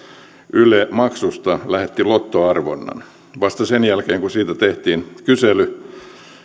yle maksusta lähetti lottoarvonnan vasta sen jälkeen kun siitä tehtiin kysely